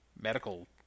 medical